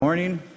morning